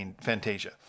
Fantasia